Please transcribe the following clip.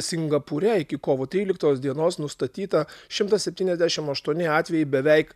singapūre iki kovo tryliktos dienos nustatyta šimtas septyniasdešim aštuoni atvejai beveik